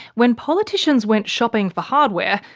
when politicians went shopping for hardware,